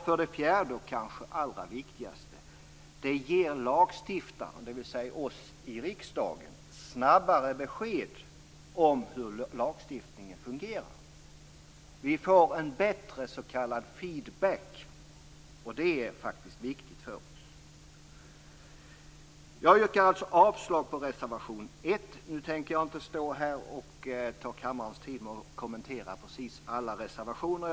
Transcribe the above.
För det fjärde, vilket kanske är det allra viktigaste, ger det lagstiftaren, dvs. oss i riksdagen, snabbare besked om hur lagstiftningen fungerar. Vi får en bättre feedback, och det är faktiskt viktigt för oss. Jag yrkar alltså avslag på reservation 1. Nu tänker jag inte ta kammarens tid med att kommentera precis alla reservationer.